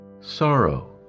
Sorrow